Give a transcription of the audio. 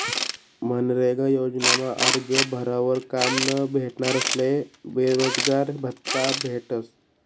मनरेगा योजनामा आरजं भरावर काम न भेटनारस्ले बेरोजगारभत्त्ता भेटस